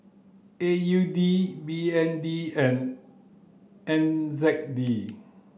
A U D B N D and N Z D